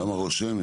למה רושם?